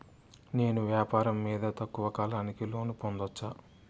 నేను వ్యాపారం మీద తక్కువ కాలానికి లోను పొందొచ్చా?